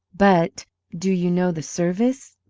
but do you know the service?